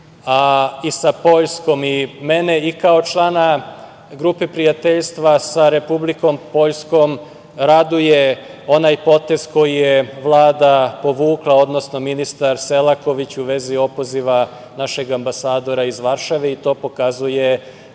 i sa Poljskom. Mene i kao člana Grupe prijateljstva sa Republikom Poljskom raduje onaj potez koji je Vlada povukla, odnosno ministar Selaković u vezi opoziva našeg ambasadora iz Varšave i to pokazuje